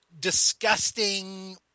disgusting